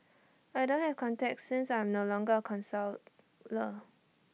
I don't have contacts since I am no longer A counsellor